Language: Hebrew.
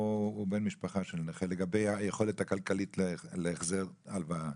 או הוא בן משפחה של נכה לגבי היכולת הכלכלית להחזר הלוואה?